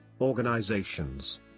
organizations